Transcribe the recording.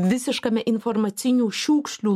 visiškame informacinių šiukšlių